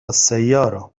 السيارة